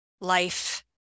life